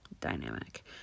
dynamic